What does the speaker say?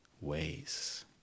ways